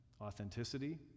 authenticity